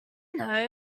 know